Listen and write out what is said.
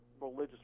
religious